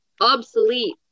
obsolete